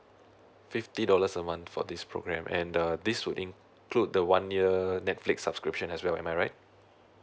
fifty dollars a month for this programme and uh this would include the one year Netflix subscription as well am I right